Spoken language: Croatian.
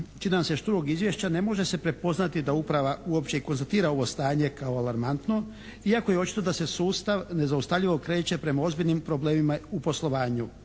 nam se šturog izvješća ne može se prepoznati da uprava uopće i konstatira ovo stanje kao alarmantno iako je očito da se sustav nezaustavljivo kreće prema ozbiljnim problemima u poslovanju.